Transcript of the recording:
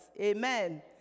Amen